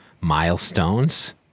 Milestones